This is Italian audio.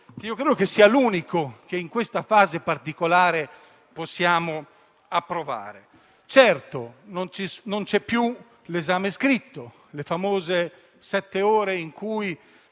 a mio avviso è l'unico che in questa fase particolare possiamo approvare. Certo, non c'è più l'esame scritto, con le famose sette ore in cui